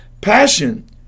Passion